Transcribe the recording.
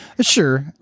Sure